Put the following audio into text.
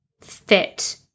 fit